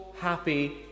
happy